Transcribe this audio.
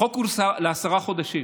החוק הוא לעשרה חודשים.